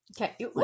okay